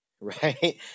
right